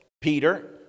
Peter